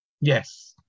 Yes